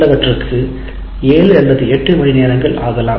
சிலவற்றுக்கு ஏழு அல்லது எட்டு மணி நேரங்கள் ஆகலாம்